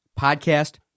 Podcast